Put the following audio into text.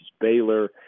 Baylor